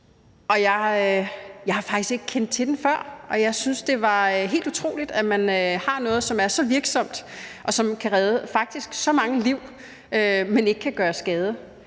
Jeg har faktisk ikke kendt til den før, og jeg synes, det er helt utroligt, at man har noget, som er så virksomt, og som faktisk kan redde så mange liv og ikke kan gøre skade.